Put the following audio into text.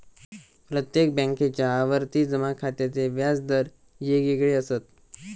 प्रत्येक बॅन्केच्या आवर्ती जमा खात्याचे व्याज दर येगयेगळे असत